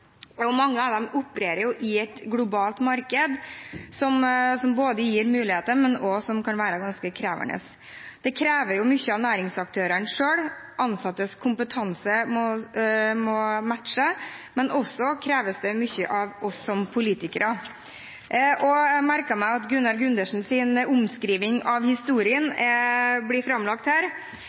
har. Mange av dem opererer i et globalt marked, noe som gir muligheter, men som også kan være ganske krevende. Det krever mye av næringsaktørene selv, ansattes kompetanse må matche, men det krever også mye av oss som politikere. Jeg merket meg at Gunnar Gundersens omskriving av historien ble framlagt her,